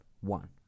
one